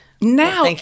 Now